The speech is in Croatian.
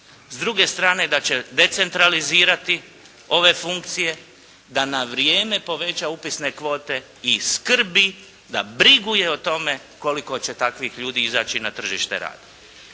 s druge strane da će decentralizirati ove funkcije da na vrijeme poveća upisne kvote i skrbi da briguje o tome koliko će takvih ljudi izaći na tržište rada.